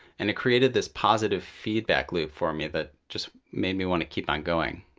and it created this positive feedback loop for me that just made me want to keep on going.